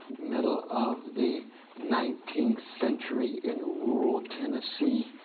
middle of the nineteenth century in rural tennessee.